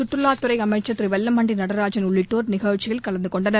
கற்றுலாத் துறை அமைச்ச் திரு வெல்லமண்டி நடராஜன் உள்ளிட்டோா் நிகழ்ச்சியில் கலந்துகொண்டனர்